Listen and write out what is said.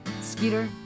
Skeeter